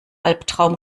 albtraum